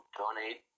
donate